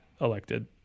elected